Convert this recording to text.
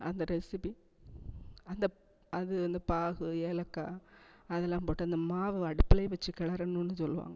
அந்த ரெசிப்பி அந்த அது அந்த பாகு ஏலக்காய் அதெலாம் போட்டு அந்த மாவு அடுப்புலேயே வெச்சு கிளறணுன்னு சொல்லுவாங்க